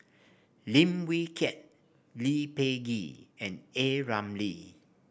Lim Wee Kiak Lee Peh Gee and A Ramli